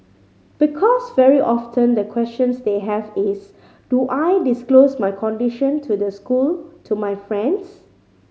because very often the questions they have is do I disclose my condition to the school to my friends